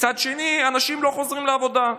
ומצד שני אנשים לא חוזרים לעבודה.